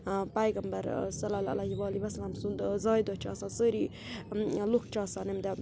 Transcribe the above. پیغمبر صلی اللہ علیہِ وَسلام سُنٛد زایہِ دۄہ چھِ آسان سٲری لُکھ چھِ آسان اَمہِ دۄہ